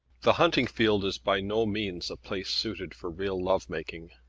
the hunting field is by no means a place suited for real love-making.